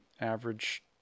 average